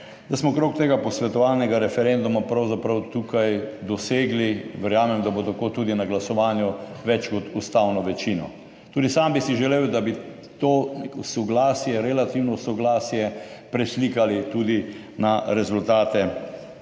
da smo okrog tega posvetovalnega referenduma pravzaprav tukaj dosegli, verjamem, da bo tako tudi na glasovanju, več kot ustavno večino. Sam bi si želel, da bi to soglasje, relativno soglasje preslikali tudi na rezultate referenduma.